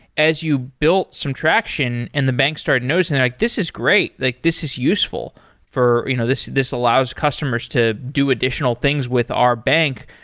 as you built some traction and the bank started noticing, like this is great. like this is useful for you know this this allows customers to do additional things with our bank.